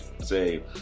say